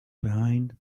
behind